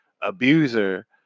abuser